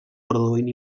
produint